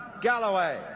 Galloway